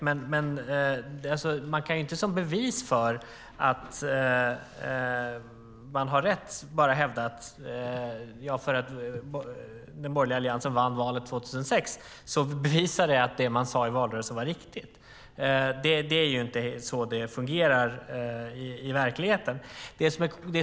Man kan inte hävda att eftersom den borgerliga alliansen vann valet 2006 bevisar det att det som man sade i valrörelsen var riktigt. Så fungerar det inte i verkligheten.